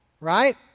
Right